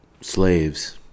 slaves